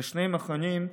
ושני מכונים,